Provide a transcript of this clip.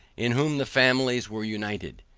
in whom the families were united.